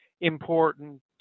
important